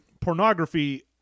pornography